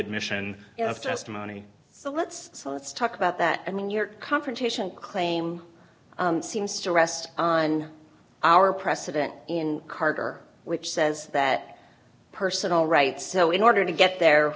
admission of testimony so let's so let's talk about that and your confrontational claim seems to rest on our precedent in carter which says that personal rights so in order to get there